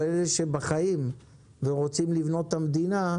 אבל אלה שבחיים ורוצים לבנות את המדינה,